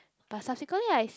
but subsequently I